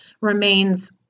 remains